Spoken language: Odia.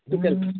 ଟୁକେଲ୍